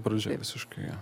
pradžia visiškai jo